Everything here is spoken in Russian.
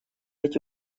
эти